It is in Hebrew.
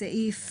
בסעיף